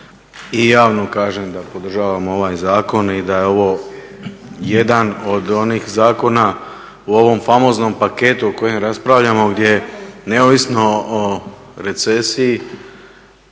i javno kažem da podržavam ovaj zakon i da je ovo jedan od onih zakona u ovom famoznom paketu o kojem raspravljamo, gdje neovisno o recesiji